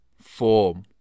form